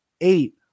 eight